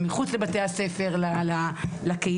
מחוץ לבתי הספר,